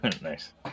Nice